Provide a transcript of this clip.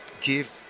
give